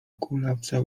kulawca